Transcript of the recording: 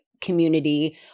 community